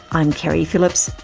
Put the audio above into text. i'm keri phillips.